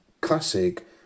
classic